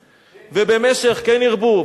ובמשך, כן ירבו.